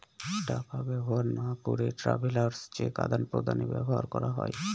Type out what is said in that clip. টাকা ব্যবহার না করে ট্রাভেলার্স চেক আদান প্রদানে ব্যবহার করা হয়